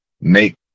make